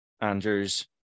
Andrews